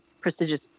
prestigious